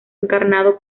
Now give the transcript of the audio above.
encarnado